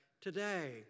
today